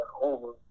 over